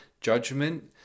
judgment